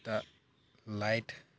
दा लाइट